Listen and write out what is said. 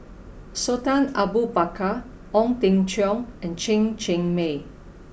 Sultan Abu Bakar Ong Teng Cheong and Chen Cheng Mei